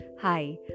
Hi